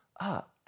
up